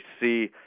see